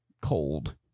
cold